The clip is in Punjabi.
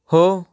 ਹੋ